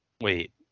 Wait